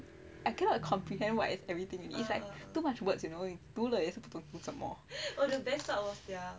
I cannot comprehend what is everything in it like too much words you know 你读了也不知道是什么